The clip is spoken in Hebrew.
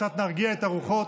קצת נרגיע את הרוחות.